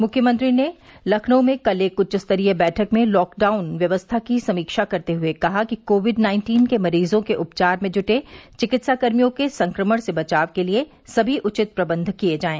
मुख्यमंत्री ने लखनऊ में कल एक उच्चस्तरीय बैठक में लॉकडाउन व्यवस्था की समीक्षा करते हुए कहा कि कोविड नाइन्टीन के मरीजों के उपचार में जुटे चिकित्साकर्मियों के संक्रमण से बचाव के लिए सभी उचित प्रबन्ध किए जाएं